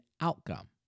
outcome